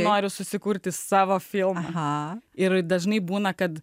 noriu susikurti savo filmą ir dažnai būna kad